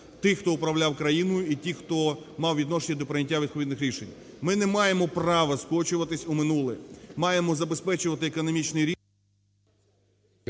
тих, хто управляв країною і тих, хто мав відношення до прийняття відповідних рішень. Ми не маємо права скочуватись у минуле, ми маємо забезпечувати економічний рівень…